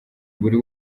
buri